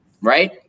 right